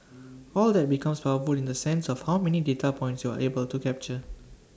all that becomes powerful in the sense of how many data points you are able to capture